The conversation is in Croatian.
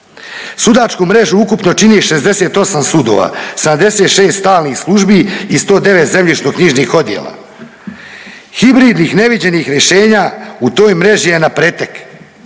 Sudačku mrežu ukupno čini 68 sudova, 76 stalnih službi i 109 zemljišnoknjižnih odjela. Hibridnih neviđenih rješenja u toj mreži je na pretek.